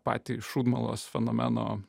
patį šūdmalos fenomeno